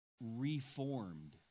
reformed